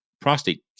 prostate